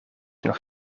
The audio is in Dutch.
nog